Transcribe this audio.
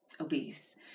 obese